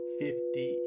fifty